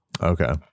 Okay